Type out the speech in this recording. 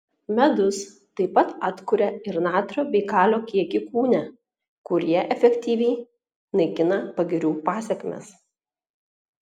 medus taip pat atkuria ir natrio bei kalio kiekį kūne kurie efektyviai naikina pagirių pasekmes